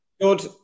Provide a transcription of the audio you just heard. Good